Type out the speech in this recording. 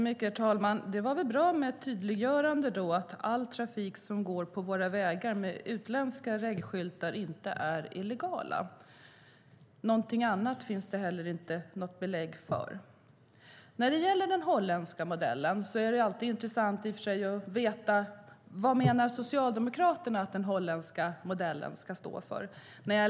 Herr talman! Det var väl bra med ett tydliggörande att all trafik med utländska registreringsskyltar som går på våra vägar inte är illegal. Någonting annat finns det heller inte något belägg för. När det gäller den holländska modellen vore det intressant att veta vad Socialdemokraterna menar att den ska stå för.